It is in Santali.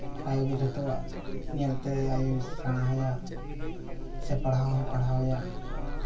ᱟᱭᱳ ᱜᱮ ᱡᱚᱛᱚᱣᱟᱜ ᱧᱮᱞᱛᱮ ᱟᱭᱳᱭ ᱥᱮᱬᱟᱣᱟᱭᱟ ᱥᱮ ᱯᱟᱲᱦᱟᱣ ᱦᱚᱸᱭ ᱯᱟᱲᱦᱟᱣᱮᱭᱟ